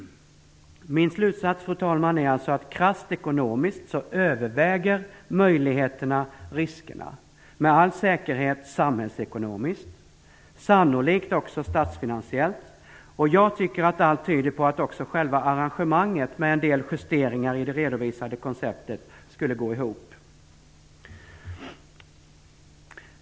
Min slutsats, fru talman, är alltså att krasst ekonomiskt överväger möjligheterna riskerna. Detta gäller med all säkerhet samhällsekonomiskt, det gäller sannolikt också statsfinansiellt, och jag tycker att allt tyder på att också själva arrangemanget - med en del justeringar i det redovisade konceptet - skulle gå ihop.